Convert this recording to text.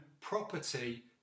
property